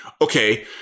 okay